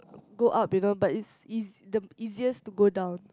go up you know but it's it's the easiest to go down